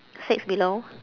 six below